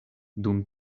dum